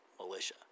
militia